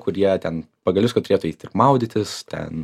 kur jie ten pagal viską turėtų eit ir maudytis ten